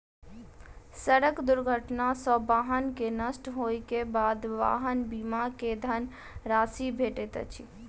सड़क दुर्घटना सॅ वाहन के नष्ट होइ के बाद वाहन बीमा के धन राशि भेटैत अछि